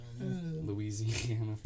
Louisiana